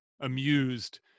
amused